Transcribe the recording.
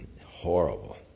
Horrible